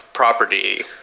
Property